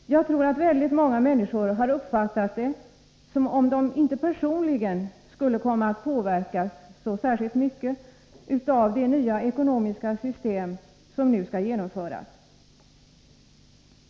Jag tror att väldigt många människor har uppfattat det som om de inte personligen skulle komma att påverkas så mycket av det nya ekonomiska system som nu skall genomföras.